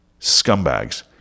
scumbags